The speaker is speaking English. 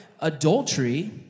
adultery